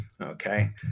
Okay